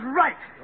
right